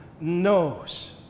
knows